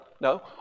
no